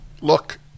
look